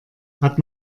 hat